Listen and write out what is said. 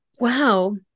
wow